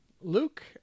Luke